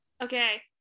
Okay